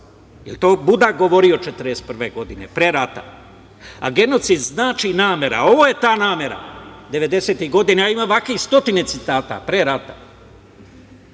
to Budak govorio 1941. godine, pre rata? Genocid znači namera, ovo je ta namera 90-ih godina, a ima ovakvih stotine citata pre rata.